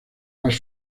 más